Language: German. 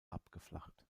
abgeflacht